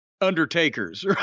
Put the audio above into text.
Undertakers